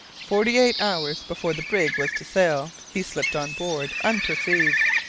forty-eight hours before the brig was to sail, he slipped on board unperceived,